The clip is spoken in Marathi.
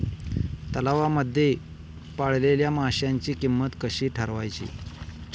तलावांमध्ये पाळलेल्या माशांची किंमत कशी ठरवायची?